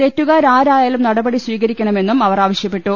തെറ്റുകാരാരാ യാലും നടപടി സ്വീകരിക്കണമെന്നും അവർ ആവശ്യപ്പെട്ടു